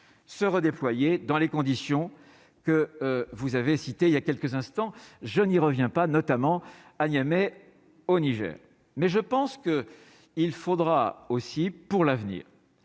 se redéployer dans les conditions que vous avez cité il y a quelques instants, je n'y reviens pas notamment à Niamey au Niger, mais je pense que il faudra aussi pour l'avenir,